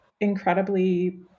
incredibly